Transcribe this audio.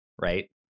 right